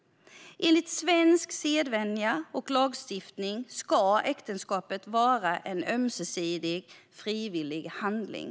Enligt svensk sedvänja och lagstiftning ska äktenskapet vara en ömsesidig och frivillig handling.